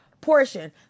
portion